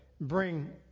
bring